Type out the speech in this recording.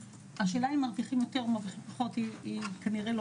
השאלה אם מרוויחים יותר או מרוויחים פחות היא כנראה לא